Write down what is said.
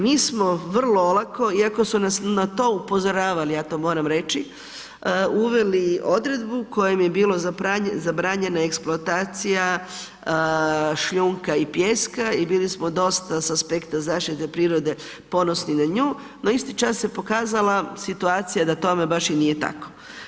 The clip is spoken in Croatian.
Mi smo vrlo olako iako su nas na to upozoravali, ja to moram reći, uveli odredbu kojom je bilo zabranjeno eksploatacija šljunka i pijeska i bili smo dosta sa spekta zaštite prirode ponosni na nju, no isti čas se pokazala situacija da tome baš i nije tako.